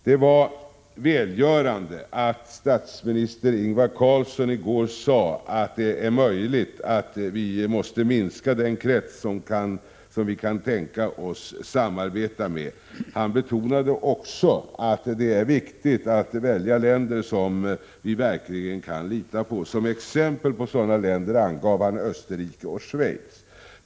Det var välgörande att statsminister Ingvar Carlsson i går sade att ”det är möjligt ——— att vi måste minska den krets som vi kan tänka oss samarbeta med”. Han betonade också att det är viktigt att välja länder som vi verkligen kan lita på. Som exempel på sådana länder angav han Österrike och Schweiz.